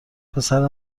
پسر